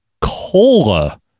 cola